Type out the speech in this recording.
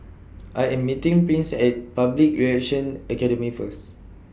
I Am meeting Prince At Public Relations Academy First